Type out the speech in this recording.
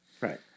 Right